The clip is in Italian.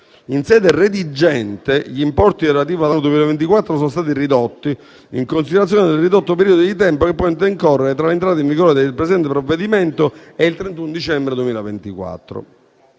In sede redigente, gli importi relativi all'anno 2024 sono stati ridotti, in considerazione del ridotto periodo di tempo che può intercorrere tra l'entrata in vigore del presente provvedimento e il 31 dicembre 2024.